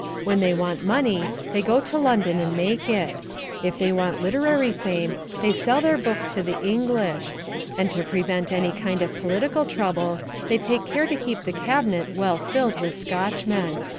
when they want money they go to london and make it if they want literary fame they sell their books to the english and to prevent any kind of political trouble they take care to keep the cabinet well filled with scotchmen.